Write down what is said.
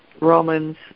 Romans